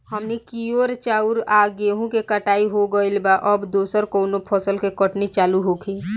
हमनी कियोर चाउर आ गेहूँ के कटाई हो गइल बा अब दोसर कउनो फसल के कटनी चालू होखि